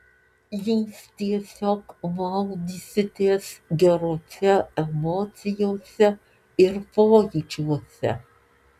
jūs tiesiog maudysitės gerose emocijose ir pojūčiuose